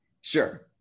sure